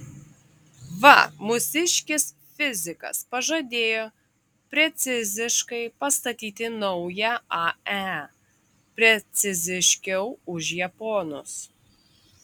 va mūsiškis fizikas pažadėjo preciziškai pastatyti naują ae preciziškiau už japonus